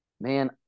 Man